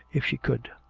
if she could.